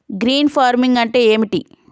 Green farming అంటే ఏమిటి?